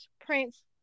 Prince